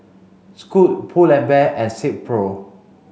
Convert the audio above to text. Scoot Pull and Bear and Silkpro